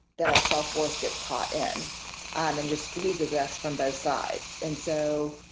that our self-worth gets caught in and just squeezes us from both sides. and so